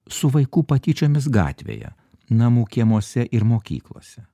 su vaikų patyčiomis gatvėje namų kiemuose ir mokyklose